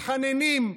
מתחננים,